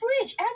fridge